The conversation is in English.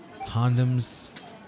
Condoms